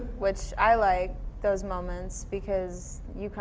which i like those moments because you,